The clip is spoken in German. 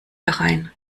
herein